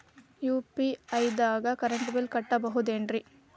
UPI ದಾಗ current bill ಕಟ್ಟಬಹುದೇನ್ರಿ?